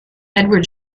edward